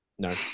No